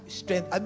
strength